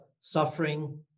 suffering